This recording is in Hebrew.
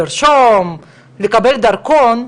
כמו לרשום אותו או לקבל דרכון,